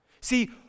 See